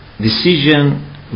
decision